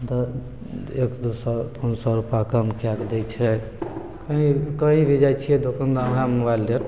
एक दुइ सओ पाँच सओ रुपा कम कै के दै छै कहीँ कहीँ भी जाइ छिए दोकानदार वएह मोबाइल रेट